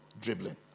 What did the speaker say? dribbling